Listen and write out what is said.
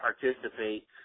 participate